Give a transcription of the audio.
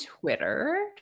Twitter